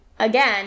Again